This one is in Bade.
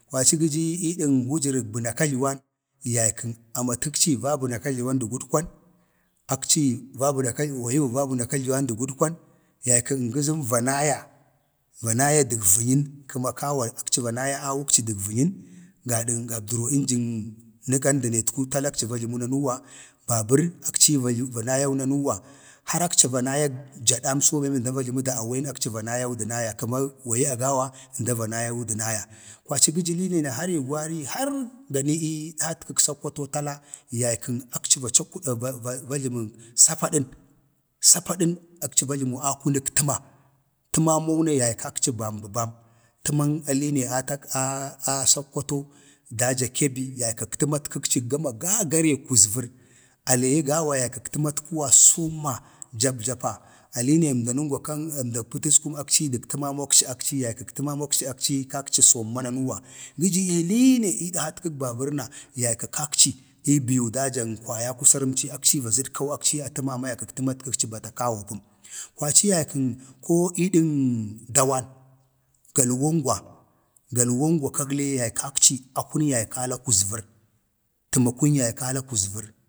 ﻿kwaci gə dən wujərən bəna katluwan dag gudkwan, akci va bəna, wa yi wava bəna katluwan də gudkwan, yaykən ngəzəm na naya, va naya dək vənyən kəma kawa, akci va nanaya awunəkci dək vənyən gada gabdəroo injin nikan da netku tala akci va jləmu nanuuwa. babər akci yi va nayau nanuuwa har akci va nayag jadamso akci va jləmədu awen akci va naya kəma agawa əmda va nayau də naya kwaci gə jə liine na har ii ciwari har ganii ii dəhatkək sakkwa to tala yaykən akci va cakuda va va jləmən sapadən akci va jləmu akunək təma, təmamoupa yaykaci bam bə bam, təman a leena a a sakkwato dajak kebbi yaykək təmatkəkci gama gaagare kuzvər alee ye agawa yaykak təmatkwa somma gama jap japa, aleene yi əmdak pətəskum, akci yi dək təmamokci yaykak təmamokci səmma nanuuwa. gə jə ii liine ii ədhak babər na yakak kakci ii biu dajan kwaya kusar akci yi va zədkau a təma amma yaykak təmatkəkci bata kawa pəm. kwaci yaykən koo iidən dawan, galwoon gwa galwoongwa kag le yaykakci akun yaykala kuzvər, təmakun yaykala kuzvər,